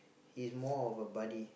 he's more of a buddy